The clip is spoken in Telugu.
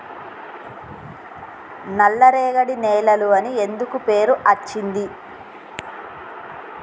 నల్లరేగడి నేలలు అని ఎందుకు పేరు అచ్చింది?